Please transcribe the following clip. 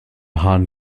hahn